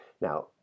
Now